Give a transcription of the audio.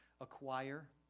acquire